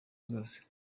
zose